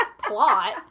plot